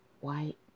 white